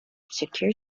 secure